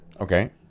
Okay